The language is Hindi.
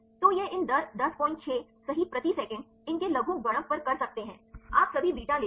तो यह इन दर 106 सही प्रति सेकंड इन के लघुगणक पर कर सकते हैं आप सभी बीटा ले लो